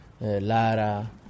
Lara